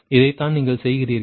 இதைத்தான் நீங்கள் செய்கிறீர்கள்